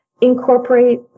incorporate